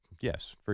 yes